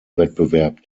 wettbewerb